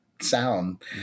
sound